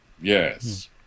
yes